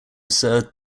served